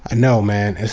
and know, man.